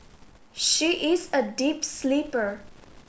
she is a deep sleeper